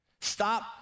stop